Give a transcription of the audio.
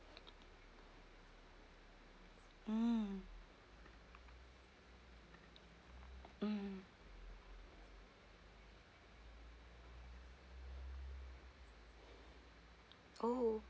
mm mm oh